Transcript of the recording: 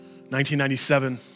1997